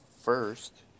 first